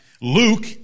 Luke